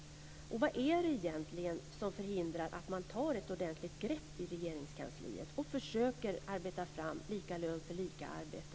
Vad är det egentligen som förhindrar att man tar ett ordentligt grepp i Regeringskansliet och försöker arbeta fram lika lön för lika arbete?